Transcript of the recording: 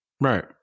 Right